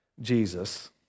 Jesus